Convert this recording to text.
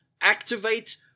Activate